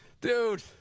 Dude